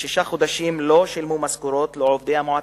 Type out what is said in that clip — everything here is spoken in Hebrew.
שישה חודשים, לא שילמו משכורות לעובדי המועצה.